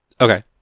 okay